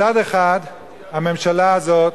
מצד אחד הממשלה הזאת